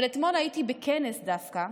אבל אתמול הייתי בכנס דווקא,